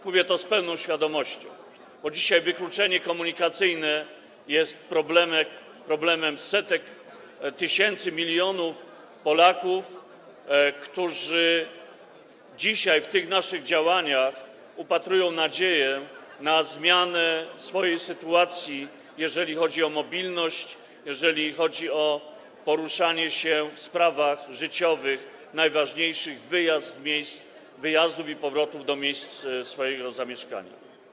Mówię to z pełną świadomością, bo dzisiaj wykluczenie komunikacyjne jest problemem setek, tysięcy, milionów Polaków, którzy w tych naszych działaniach upatrują nadziei na zmianę swojej sytuacji, jeżeli chodzi o mobilność, jeżeli chodzi o poruszanie się w sprawach życiowych najważniejszych: wyjazdów i powrotów do miejsc swojego zamieszkania.